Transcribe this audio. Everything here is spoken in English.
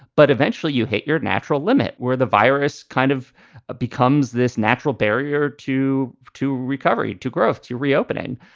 but eventually you hit your natural limit where the virus kind of ah becomes this natural barrier to to recovery, to growth, to reopening.